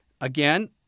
again